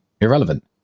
irrelevant